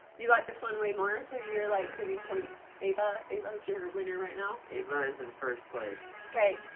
you like this one way more so you're like giving points to ava? ava is joel's winner right now. ava is in first place. okay,